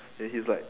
then he was like